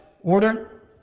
order